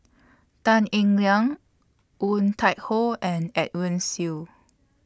Tan Eng Liang Woon Tai Ho and Edwin Siew